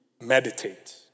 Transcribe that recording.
meditate